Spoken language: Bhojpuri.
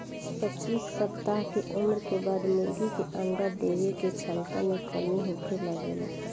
पच्चीस सप्ताह के उम्र के बाद मुर्गी के अंडा देवे के क्षमता में कमी होखे लागेला